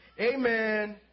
Amen